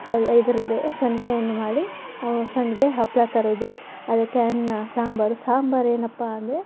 ಎಲ್ಲ ಇದರ ಬೆ ಸೊಂಡಿಗೆಯನ್ನು ಮಾಡಿ ಅವು ಸೊಂಡಿಗೆ ಹಪ್ಪಳ ಕರೆದು ಅದಕ್ಕೆ ಅನ್ನ ಸಾಂಬಾರು ಸಾಂಬಾರು ಏನಪ್ಪಾ ಅಂದರೆ